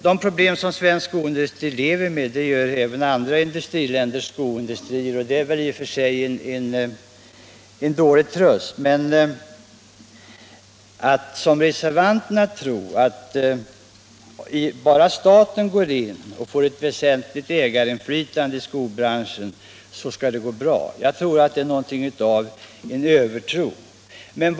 De problem som svensk skoindustri har finns även inom andra länders skoindustrier. Det är i och för sig en klen tröst. När reservanterna anser att starka skäl talar för att staten bör tillförsäkras ett 39 väsentligt ägarinflytande i skobranschen, har de en övertro på statens förmåga att få lönsamhet i en förlustbransch.